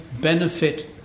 benefit